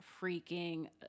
freaking